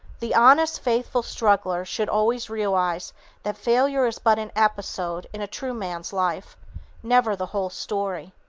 the honest, faithful struggler should always realize that failure is but an episode in a true man's life never the whole story.